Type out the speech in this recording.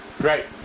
right